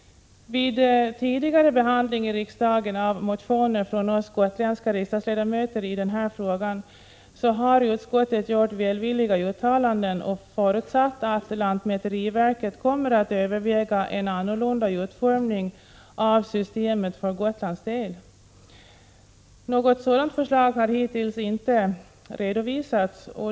Vid tidigare behandling i riksdagen av motioner från oss gotländska riksdagsledamöter i denna fråga har utskottet gjort välvilliga uttalanden och förutsatt att lantmäteriverket kommer att överväga en annorlunda utformning av systemet för Gotlands del. Något sådant förslag har hittills inte redovisats.